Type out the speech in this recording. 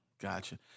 Gotcha